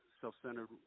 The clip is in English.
self-centered